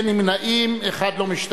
אין נמנעים, אחד לא משתתף.